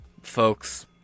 Folks